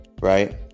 right